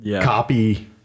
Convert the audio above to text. copy